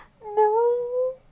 No